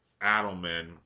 Adelman